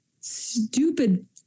stupid